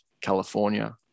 California